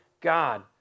God